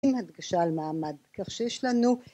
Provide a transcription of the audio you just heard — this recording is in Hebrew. אם הדגשה על מעמד כך שיש לנו